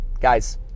Guys